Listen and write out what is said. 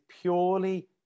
purely